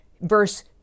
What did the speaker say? verse